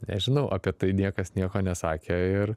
nežinau apie tai niekas nieko nesakė ir